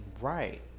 right